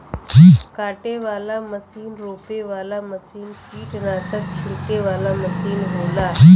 काटे वाला मसीन रोपे वाला मसीन कीट्नासक छिड़के वाला मसीन होला